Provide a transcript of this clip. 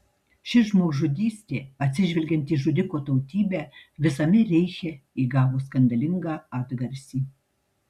ši žmogžudystė atsižvelgiant į žudiko tautybę visame reiche įgavo skandalingą atgarsį